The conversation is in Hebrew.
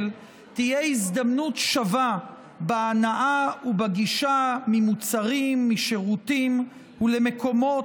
תהיה הזדמנות שווה בהנאה ממוצרים ובגישה לשירותים ולמקומות,